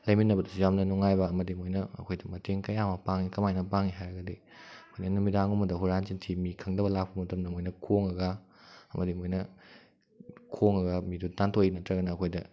ꯂꯩꯃꯤꯟꯅꯕꯗꯁꯨ ꯌꯥꯝꯅ ꯅꯨꯡꯉꯥꯏꯕ ꯑꯃꯗꯤ ꯃꯣꯏꯅ ꯑꯩꯈꯣꯏꯗ ꯃꯇꯦꯡ ꯀꯌꯥ ꯑꯃ ꯄꯥꯡꯏ ꯀꯃꯥꯏꯅ ꯄꯥꯡꯏ ꯍꯥꯏꯔꯒꯗꯤ ꯅꯨꯃꯤꯗꯥꯡ ꯒꯨꯝꯕꯗ ꯍꯨꯔꯥꯟ ꯆꯤꯟꯊꯤ ꯃꯤ ꯈꯪꯗꯕ ꯂꯥꯛꯄ ꯃꯇꯝꯗ ꯃꯣꯏꯅ ꯈꯣꯡꯂꯒ ꯃꯣꯏ ꯑꯗꯨꯃꯥꯏꯅ ꯈꯣꯡꯂꯒ ꯃꯤꯗꯨ ꯇꯥꯟꯊꯣꯛꯏ ꯅꯠꯇ꯭ꯔꯒꯅ ꯑꯩꯈꯣꯏꯗ